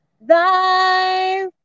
thy